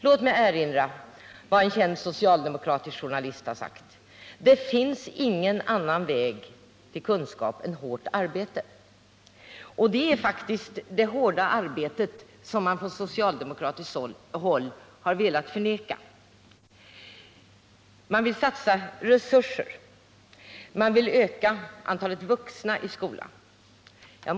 Låt mig erinra om vad en känd socialdemokratisk journalist har sagt: ”Det finns ingen annan väg till kunskap än hårt arbete.” Det är faktiskt betydelsen av det hårda arbetet som man på socialdemokratiskt håll har velat förneka. Socialdemokraterna vill satsa resurser för att öka antalet vuxna i skolan.